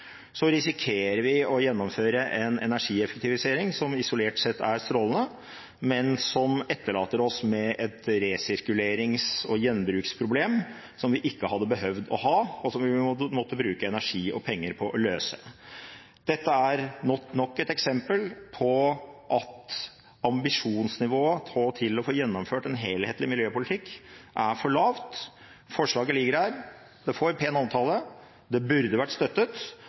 risikerer vi å gjennomføre en energieffektivisering som isolert sett er strålende, men som etterlater oss med et resirkulerings- og gjenbruksproblem som vi ikke hadde behøvd å ha, og som vi måtte bruke energi og penger på å løse. Dette er nok et eksempel på at ambisjonsnivået for å få gjennomført en helhetlig miljøpolitikk er for lavt. Forslaget ligger her, det får pen omtale, det burde vært støttet,